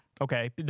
Okay